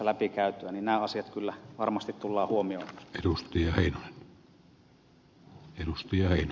nämä asiat kyllä varmasti tullaan huomioimaan